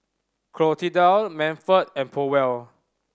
Clotilda Manford and Powell